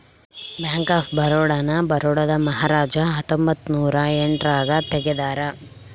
bank of Baroda ನ ಬರೋಡಾದ ಮಹಾರಾಜ ಹತ್ತೊಂಬತ್ತ ನೂರ ಎಂಟ್ ರಾಗ ತೆಗ್ದಾರ